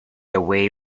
away